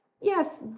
yes